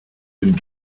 den